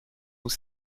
nous